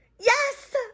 Yes